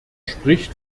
spricht